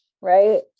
right